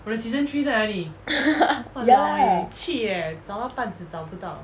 ya lah